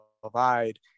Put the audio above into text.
provide